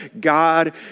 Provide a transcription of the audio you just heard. God